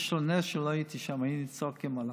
ויש לו נס שלא הייתי שם, היו צועקים עליו.